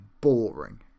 boring